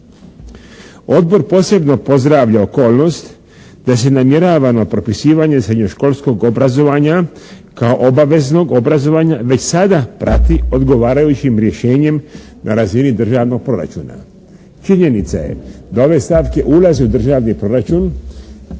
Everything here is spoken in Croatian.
Odbor posebno pozdravlja okolnost da se namjeravano propisivanje srednjoškolskog obrazovanja kao obaveznog obrazovanja već sada prati odgovarajućim rješenjem na razini državnog proračuna. Činjenica je da ove stavke ulaze u državni proračun